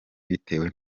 bitewe